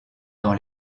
dans